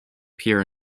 pure